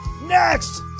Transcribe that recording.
Next